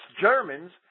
Germans